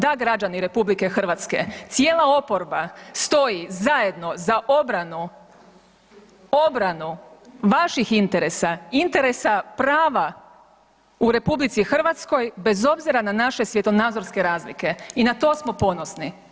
Da građani RH, cijela oporba stoji zajedno za obranu, obranu vaših interesa, interesa prava u RH bez obzira na naše svjetonazorske razlike i na to smo ponosni.